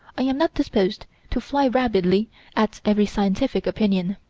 i am not disposed to fly rabidly at every scientific opinion.